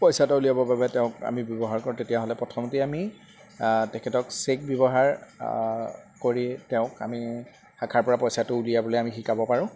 পইচাটো উলিয়াবৰ বাবে তেওঁক আমি ব্যৱহাৰ কৰোঁ তেতিয়াহ'লে প্ৰথমতে আমি তেখেতক চেক ব্যৱহাৰ কৰি তেওঁক আমি শাখাৰ পৰা পইচাটো উলিয়াবলৈ আমি শিকাব পাৰোঁ